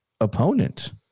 opponent